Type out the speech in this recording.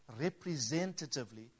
representatively